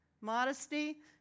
Modesty